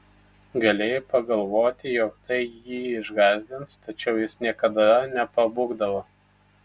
galėjai pagalvoti jog tai jį išgąsdins tačiau jis niekada nepabūgdavo